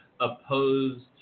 opposed